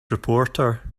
reporter